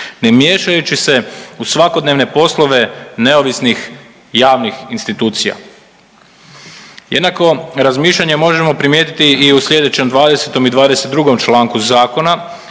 ne miješajući se u svakodnevne poslove neovisnih javnih institucija. Jednako razmišljanje možemo primijetiti i u slijedećem 20. i 22. članku zakona